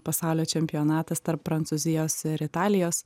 pasaulio čempionatas tarp prancūzijos ir italijos